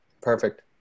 Perfect